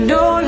no